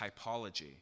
typology